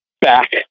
back